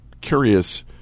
curious